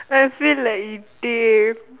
I feel like it's Dave